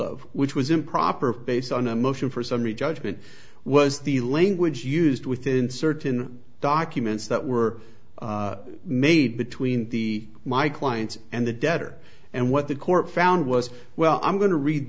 of which was improper based on a motion for summary judgment was the language used within certain documents that were made between the my client and the debtor and what the court found was well i'm going to read